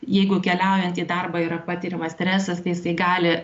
jeigu keliaujant į darbą yra patiriamas stresas tai jisai gali